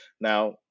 now